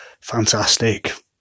fantastic